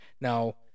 Now